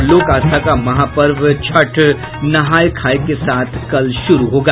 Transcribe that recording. और लोक आस्था का महापर्व छठ नहाय खाय के साथ कल शुरू होगा